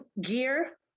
gear